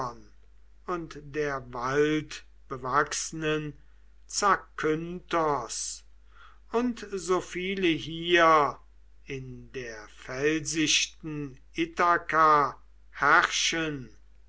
und der waldbewachsnen zakynthos und so viele hier in der felsichten ithaka herrschen